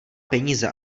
peníze